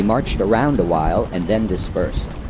marched around a while and then dispersed.